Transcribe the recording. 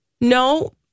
No